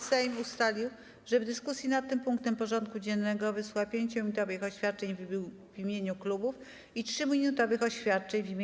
Sejm ustalił, że w dyskusji nad tym punktem porządku dziennego wysłucha 5-minutowych oświadczeń w imieniu klubów i 3-minutowych oświadczeń w imieniu kół.